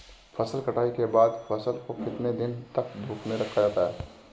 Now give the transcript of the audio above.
फसल कटाई के बाद फ़सल को कितने दिन तक धूप में रखा जाता है?